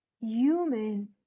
human